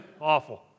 awful